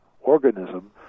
organism